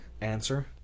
answer